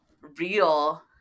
real